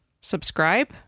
subscribe